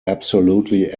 absolutely